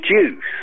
juice